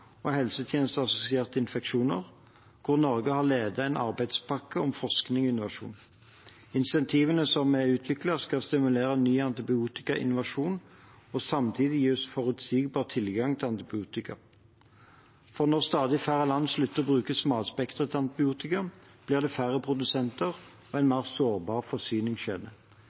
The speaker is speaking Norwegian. og helsetjenesteassosierte infeksjoner, hvor Norge har ledet en arbeidspakke om forskning og innovasjon. Insentivene som er utviklet, skal stimulere ny antibiotikainnovasjon og samtidig gi oss forutsigbar tilgang på antibiotika. For når stadig færre land slutter å bruke smalspektret antibiotika, blir det færre produsenter og en mer sårbar forsyningskjede.